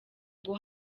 ngo